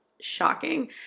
shocking